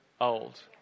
old